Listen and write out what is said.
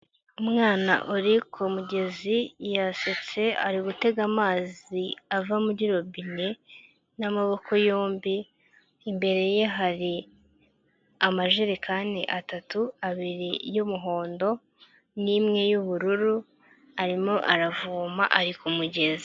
Umwana uri ku mugezi yasetse ari gutega amazi ava muri robine n'amaboko yombi. Imbere ye hari amajerekani atatu, abiri y'umuhondo n'imwe y'ubururu arimo aravoma ari ku kumugezi.